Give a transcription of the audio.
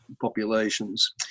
populations